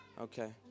Okay